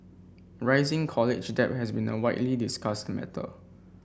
rising college debt has been a widely discussed matter